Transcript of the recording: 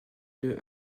deux